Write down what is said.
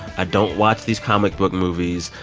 i don't watch these comic book movies.